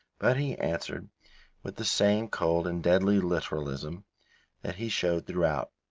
but he answered with the same cold and deadly literalism that he showed throughout.